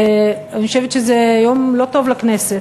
אני חושבת שזה לא יום טוב לכנסת,